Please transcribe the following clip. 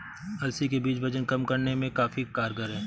अलसी के बीज वजन कम करने में काफी कारगर है